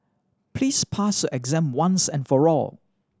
please pass your exam once and for all